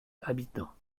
habitants